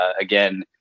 again